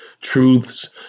truths